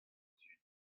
zud